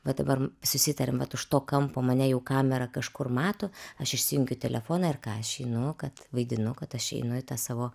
va dabar susitarėm vat už to kampo mane jau kamera kažkur mato aš išsijungiu telefoną ir ką aš einu kad vaidinu kad aš einu į tą savo